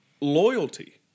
loyalty